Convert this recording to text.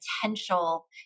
potential